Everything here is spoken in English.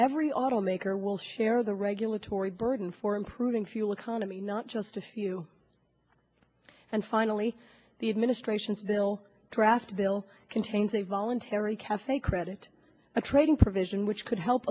every automaker will share the regulatory burden for improving fuel economy not just a few and finally the administration's bill draft bill contains a voluntary cafe credit a trading provision which could help